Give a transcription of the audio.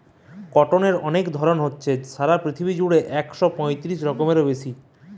কটনের অনেক ধরণ হতিছে, সারা পৃথিবী জুড়া একশ পয়তিরিশ রকমেরও বেশি